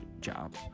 job